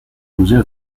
museo